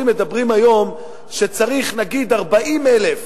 אומרים היום שצריך, נגיד, 40,000